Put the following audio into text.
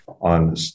on